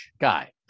guy